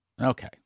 Okay